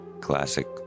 Classic